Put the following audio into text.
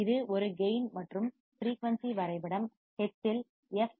இது ஒரு கேயின் மற்றும் ஃபிரீயூன்சி வரைபடம் கிராஃப் ஹெர்ட்ஸில் எஃப்